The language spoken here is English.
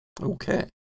okay